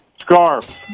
Scarf